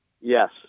Yes